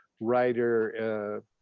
writer